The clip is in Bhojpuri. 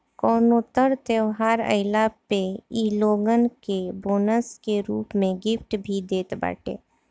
कवनो तर त्यौहार आईला पे इ लोगन के बोनस के रूप में गिफ्ट भी देत बाटे